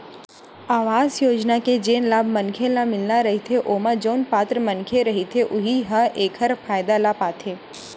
अवास योजना के जेन लाभ मनखे ल मिलना रहिथे ओमा जउन पात्र मनखे रहिथे उहीं ह एखर फायदा ल पाथे